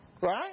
Right